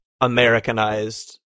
americanized